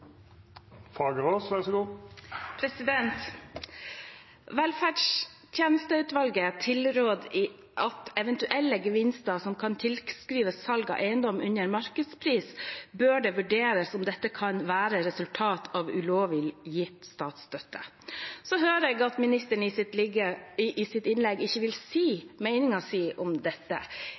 eventuelle gevinster som kan tilskrives salg av eiendom under markedspris, bør det vurderes om dette kan være et resultat av ulovlig gitt statsstøtte. Så hører jeg at ministeren i sitt innlegg ikke vil si meningen sin om dette.